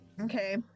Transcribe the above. okay